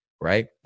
right